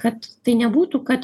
kad tai nebūtų kad